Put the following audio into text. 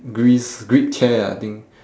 greece greek chair ah I think